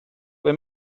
ble